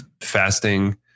fasting